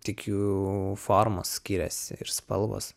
tik jų formos skiriasi ir spalvos